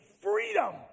freedom